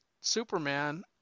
Superman